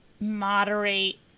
moderate